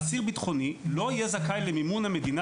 אסיר בטחוני לא יהיה זכאי למימון המדינה